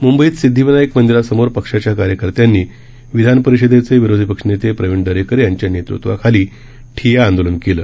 मंबईत सिद्धीविनायक मंदिरासमोर पक्षाच्या कार्यकर्त्यांनी विधान परिषदेचे विरोधी पक्षनेते प्रवीण दरेकर यांच्या नेतृत्वाखाली ठिय्या आंदोलन केलं